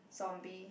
zombie